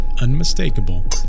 unmistakable